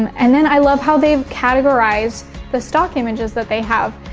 and then i love how they've categorized the stock images that they have.